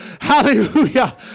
Hallelujah